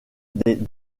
des